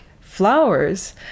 Flowers